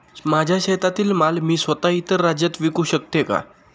माझ्या शेतातील माल मी स्वत: इतर राज्यात विकू शकते का?